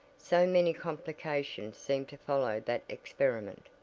so many complications seemed to follow that experiment.